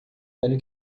velho